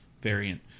variant